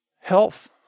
health